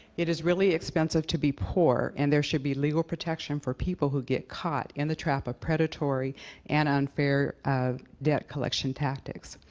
it is really expensive to be poor, and there should be legal protection for people who get caught in the trap of predatory and unfair debt collection tactics.